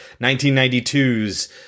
1992's